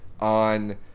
on